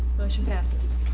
motion passes.